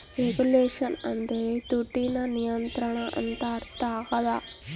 regulation ಅಂದ್ರೆ ದುಡ್ಡಿನ ನಿಯಂತ್ರಣ ಅಂತ ಅರ್ಥ ಆಗ್ಯದ